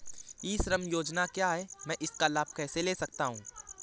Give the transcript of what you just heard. ई श्रम योजना क्या है मैं इसका लाभ कैसे ले सकता हूँ?